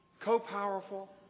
co-powerful